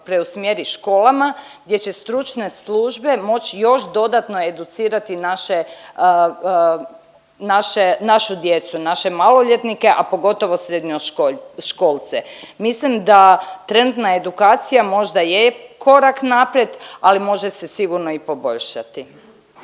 preusmjeri školama gdje će stručne službe moći još dodatno educirati naše, naše, našu djecu, naše maloljetnike, a pogotovo srednjoškolce. Mislim da trenutna edukacija možda je korak naprijed, ali može se sigurno i poboljšati.